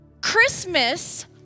Christmas